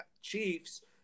Chiefs